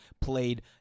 played